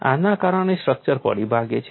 આના કારણે સ્ટ્રક્ચર પડી ભાંગે છે